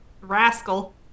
Rascal